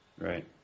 Right